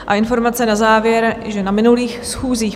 A informace na závěr, že na minulých schůzích